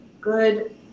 good